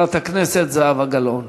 חברת הכנסת זהבה גלאון.